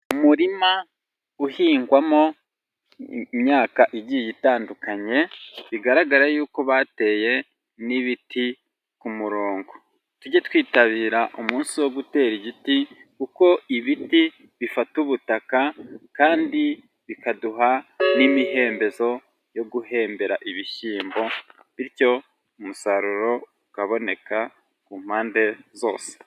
Umurima uhingwamo imyaka igiye itandukanye bigaragara yuko bateye n'ibiti ku murongo. Tujye twitabira umunsi wo gutera igiti kuko ibiti bifata ubutaka kandi bikaduha n'imihembezo yo guhembera ibishyimbo bityo umusaruro ukaboneka ku mpande zose.